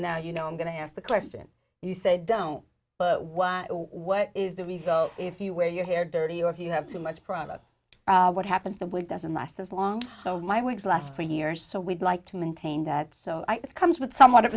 now you know i'm going to ask the question you said don't but why what is the result if you wear your hair dirty or if you have too much product what happens the blood doesn't last as long so why would last for years so we'd like to maintain that so i guess comes with somewhat of